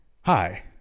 hi